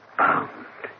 bound